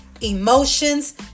emotions